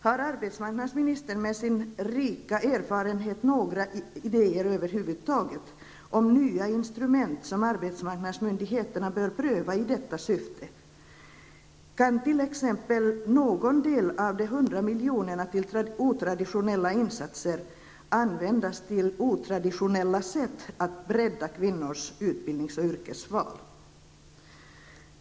Har arbetsmarknadsministern, med sin rika erfarenhet, några idéer över huvud taget om nya instrument som arbetsmarknadsmyndigheterna bör pröva i detta syfte? Kan t.ex. någon del av de hundra miljonerna till otraditionella insatser användas på otraditionellt sätt för att bredda kvinnors utbildnings och yrkesval?